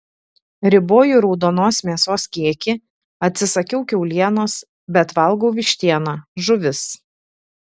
riboju raudonos mėsos kiekį atsisakiau kiaulienos bet valgau vištieną žuvis